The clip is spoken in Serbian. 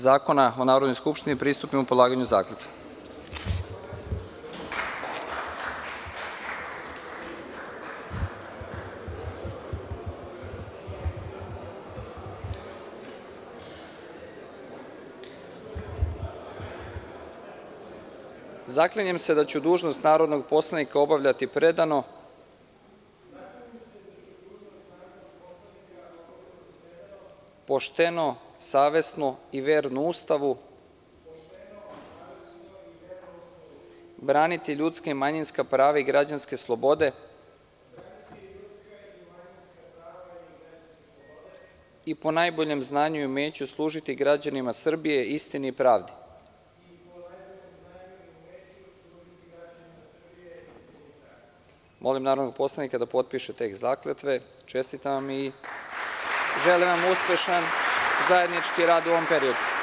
Zakona o Narodnoj skupštini pristupimo polaganju zakletve. (Predsednik čita tekst zakletve, narodni poslanik ponavlja.) „ZAKLINjEM SE DA ĆU DUŽNOST NARODNOG POSLANIKA OBAVLjATI PREDANO, POŠTENO, SAVESNO I VERNO USTAVU, BRANITI LjUDSKA I MANjINSKA PRAVA I GRAĐANSKE SLOBODE I PO NAJBOLjEM ZNANjU I UMEĆU SLUŽITI GRAĐANIMA SRBIJE, ISTINI I PRAVDI“ Molim narodnog poslanika da potpiše tekst zakletve, čestitam vam i želim vam uspešan zajednički rad u ovom periodu.